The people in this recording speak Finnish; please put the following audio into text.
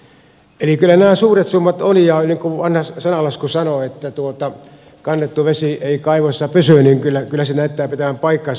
eli kyllä nämä suuria summia ovat ja niin kuin vanha sananlasku sanoo että kannettu vesi ei kaivossa pysy niin kyllä se näyttää pitävän paikkansa